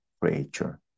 creature